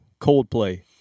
coldplay